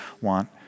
want